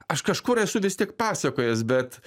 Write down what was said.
aš kažkur esu vis tiek pasakojęs bet